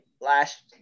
last